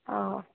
অ